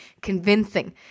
convincing